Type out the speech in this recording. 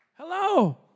Hello